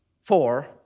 four